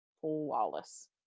flawless